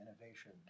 innovation